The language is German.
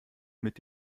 mit